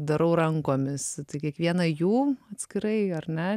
darau rankomis kiekvieną jų atskirai ar ne